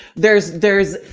there's, there's,